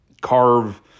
carve